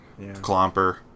Clomper